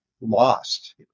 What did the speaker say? lost